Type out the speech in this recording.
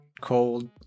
cold